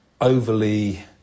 overly